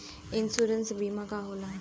Insurance बीमा का होला?